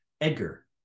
Edgar